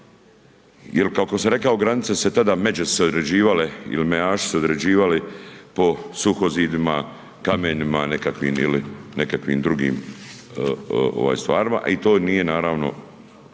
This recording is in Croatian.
jel kako sam rekao, granice su se tada, međe su se određivale ili mejaši su se određivali po suhozidima, kamenima nekakvim ili nekakvim drugim stvarima, a i to nije naravno